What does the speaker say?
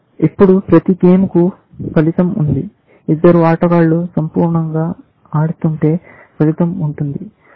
ఇప్పుడు ప్రతి గేమ్ కు ఫలితం ఉంది ఇద్దరు ఆటగాళ్లు సంపూర్ణంగా ఆడుతుంటే ఫలితం ఉంటుంది